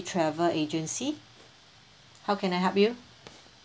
travel agency how can I help you